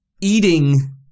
eating